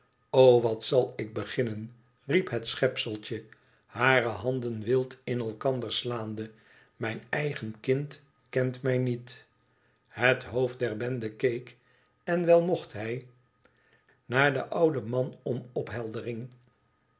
o wat zal ik beginnen riep het schepeltje hare handen wild in elkander slaande mijn eigen kind kent mij nieti het hoofd der bende keek en wèl mocht hij naar den ouden man om opheldering